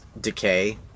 decay